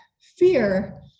fear